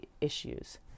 issues